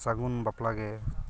ᱥᱟᱹᱜᱩᱱ ᱵᱟᱯᱞᱟ ᱜᱮ